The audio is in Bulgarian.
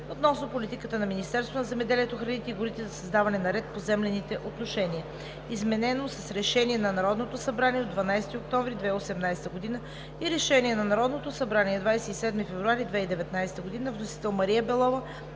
относно политиката на Министерството на земеделието, храните и горите за създаване на ред в поземлените отношения, изменено с Решение на Народното събрание от 12 октомври 2018 г. и Решение на Народното събрание от 27 февруари 2019 г. Вносители са Мария Белова